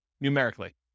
numerically